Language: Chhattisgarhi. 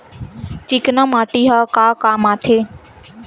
चिकना माटी ह का काम आथे?